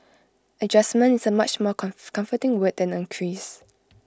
adjustment is A much more come comforting word than increase